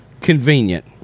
Convenient